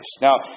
Now